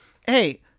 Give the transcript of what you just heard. Hey